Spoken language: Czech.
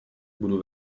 budu